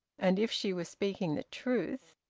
and if she were speaking the truth,